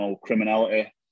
criminality